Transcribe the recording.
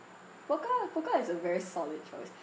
pokka pokka is a very solid choice